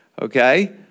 Okay